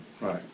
Right